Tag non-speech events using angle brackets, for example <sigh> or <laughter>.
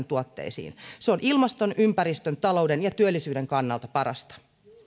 <unintelligible> tuotteisiin se on ilmaston ympäristön talouden ja työllisyyden kannalta parasta